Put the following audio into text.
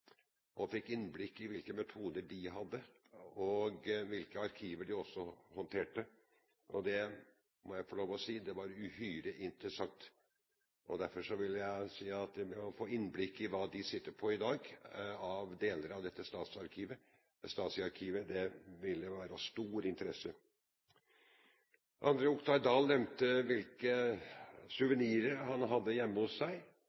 Jeg fikk innblikk i hvilke metoder de brukte, og hvilke arkiver de også håndterte. Det må jeg få lov å si: Det var uhyre interessant. Derfor vil jeg si at det å få innblikk i det de sitter på i dag, med deler av dette Stasi-arkivet, ville være av stor interesse. André Oktay Dahl nevnte hvilke suvenirer han har hjemme hos seg.